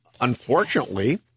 unfortunately